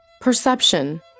Perception